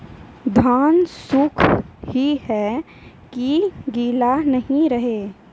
धान सुख ही है की गीला नहीं रहे?